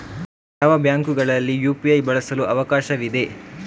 ಯಾವ ಬ್ಯಾಂಕುಗಳಲ್ಲಿ ಯು.ಪಿ.ಐ ಬಳಸಲು ಅವಕಾಶವಿದೆ?